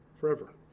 forever